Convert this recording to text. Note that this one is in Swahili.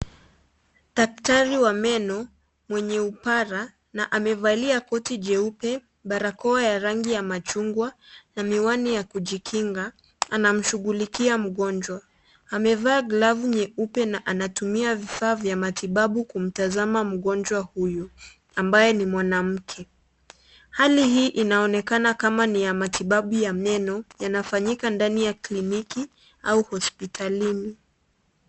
Daktari wa meno mwenye upara na amevalia koti jeupe, barakoa ya rangi ya machungwa na miwani ya kujikinga anamshughulikia mgonjwa. Amevaa glavu nyeupe na anatumia vifaa vya matibabu kumtazama mgonjwa huyu ambaye ni mwanamke. Hali hii inaonekana kama ni ya matibabu ya meno yanafanyika ndani ya kliniki au ni hospitalini.